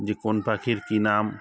যে কোন পাখির কী নাম